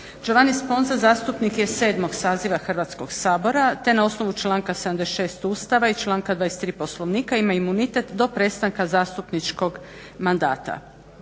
Giovanni Sponza zastupnik je 7.saziva Hrvatskog sabora te na osnovu članka 76. Ustava i članka 23. Poslovnika ima imunitet do prestanka zastupničkog mandata.